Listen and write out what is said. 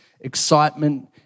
excitement